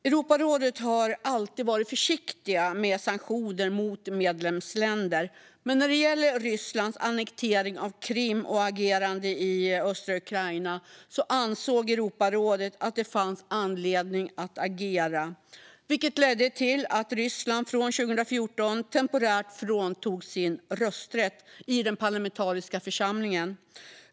Europarådet har alltid varit försiktigt med sanktioner mot medlemsländer, men när det gäller Rysslands annektering av Krim och agerande i östra Ukraina ansåg Europarådet att det fanns anledning att agera, vilket ledde till att Ryssland från 2014 temporärt fråntogs sin rösträtt i den parlamentariska församlingen.